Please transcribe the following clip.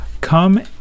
Come